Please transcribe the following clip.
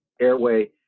airway